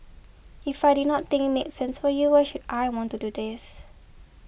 if I did not think make sense for you why should I want to do this